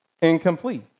incomplete